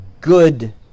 good